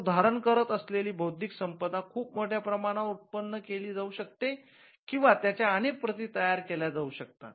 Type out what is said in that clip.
तो धारण करत असलेली बौद्धिक संपदा खूप मोठ्या प्रमाणावर उत्पन्न केली जाऊ शकते किंवा त्याच्या अनेक प्रती तयार केल्या जाऊ शकतात